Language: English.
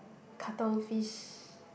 cuttlefish